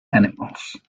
animals